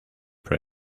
pray